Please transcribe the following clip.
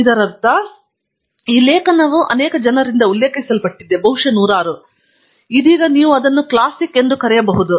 ಇದರರ್ಥ ನಾವು ಅರ್ಥ ಮಾಡಿಕೊಳ್ಳುವ ಲೇಖನವು ಅನೇಕ ಜನರಿಂದ ಉಲ್ಲೇಖಿಸಲ್ಪಟ್ಟಿದೆ ಬಹುಶಃ ನೂರಾರು ಇದೀಗ ನೀವು ಅದನ್ನು ಕ್ಲಾಸಿಕ್ ಎಂದು ಕರೆಯಬಹುದು